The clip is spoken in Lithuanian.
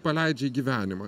paleidžia į gyvenimą